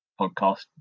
podcast